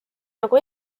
nagu